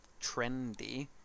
trendy